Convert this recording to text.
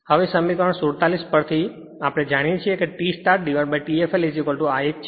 હવે સમીકરણ 47 થી આપણે જાણીએ છીએ કે T startT fl આ એક છે